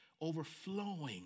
overflowing